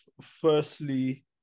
firstly